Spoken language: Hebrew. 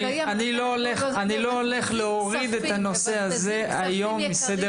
אני לא הולך להוריד את הנושא הזה מסדר-היום.